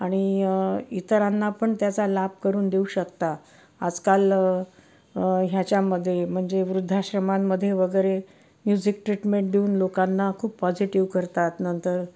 आणि इतरांना पण त्याचा लाभ करून देऊ शकता आजकाल ह्याच्यामध्ये म्हणजे वृद्धाश्रमांमध्ये वगैरे म्युझिक ट्रीटमेंट देऊन लोकांना खूप पॉझिटिव्ह करतात नंतर